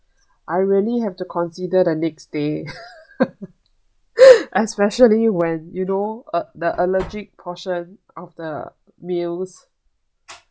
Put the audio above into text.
I really have to consider the next stay especially when you know the allergic caution of the meals